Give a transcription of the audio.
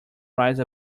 rise